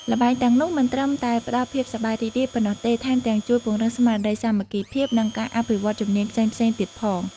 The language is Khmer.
ល្បែងទាំងនោះមិនត្រឹមតែផ្ដល់ភាពសប្បាយរីករាយប៉ុណ្ណោះទេ ថែមទាំងជួយពង្រឹងស្មារតីសាមគ្គីភាព និងការអភិវឌ្ឍជំនាញផ្សេងៗទៀតផង។